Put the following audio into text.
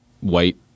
white